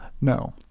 no